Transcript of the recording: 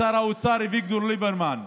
ושר האוצר אביגדור ליברמן,